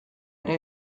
ere